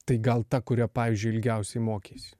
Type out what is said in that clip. tai gal ta kurio pavyzdžiui ilgiausiai mokeis